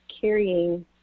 carrying